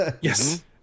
Yes